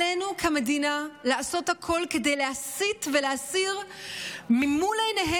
עלינו כמדינה לעשות הכול כדי להסיט ולהסיר מעיניהם